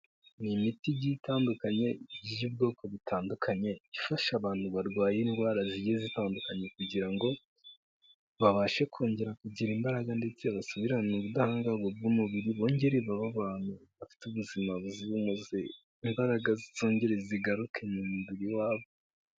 Ni imiti igiye itandukanye by'ubwoko butandukanye ifasha abantu barwaye indwara zigiye zitandukanye kugira ngo babashe kongera kugira imbaraga ndetse basubirane ubudahangarwa bw'umubiri bongere babe abantu bafite ubuzima buzira umuze imbaraga zongere zigaruke mu mubiri wabo.